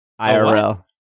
IRL